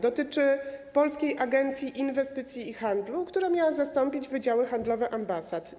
Dotyczy Polskiej Agencji Inwestycji i Handlu, która miała zastąpić wydziały handlowe ambasad.